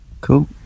Cool